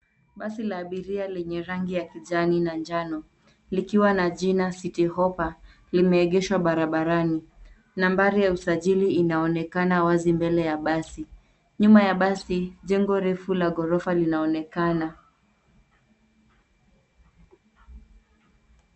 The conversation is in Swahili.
Basi la abiria lenye rangi ya kijani na njano, likiwa na jina Citi Hoppa , limeegeshwa barabarani. Nambari ya usajili inaonekana wazi mbele ya basi. Nyuma ya basi, jengo refu la ghorofa linaonekana.